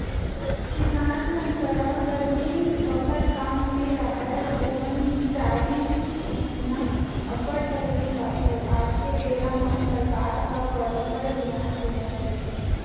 किसान मन करा गरमी बखत काम नइ राहय ओमन चारिन महिना अब्बड़ तकलीफ पाथे आज के बेरा म सरकार ह बरोबर धियान देवत हे